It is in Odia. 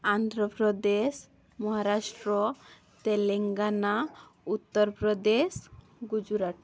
ଆନ୍ଧ୍ରପ୍ରଦେଶ ମହାରାଷ୍ଟ୍ର ତେଲେଙ୍ଗାନା ଉତ୍ତର ପ୍ରଦେଶ ଗୁଜୁରାଟ